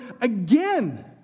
again